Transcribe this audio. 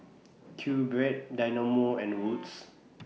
QBread Dynamo and Wood's